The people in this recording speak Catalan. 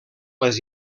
les